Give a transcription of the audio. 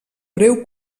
breu